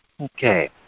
Okay